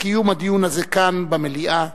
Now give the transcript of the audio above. בקיום הדיון הזה כאן במליאה,